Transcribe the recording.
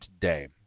today